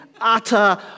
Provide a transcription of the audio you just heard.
utter